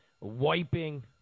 wiping